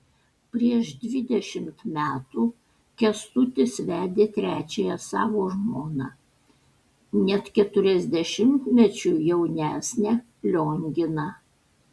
prieš dvidešimt metų kęstutis vedė trečiąją savo žmoną net keturiasdešimtmečiu jaunesnę lionginą